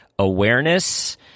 awareness